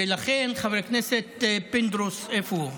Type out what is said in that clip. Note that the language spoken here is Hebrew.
ולכן, חבר הכנסת פינדרוס, איפה הוא?